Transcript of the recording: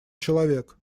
человек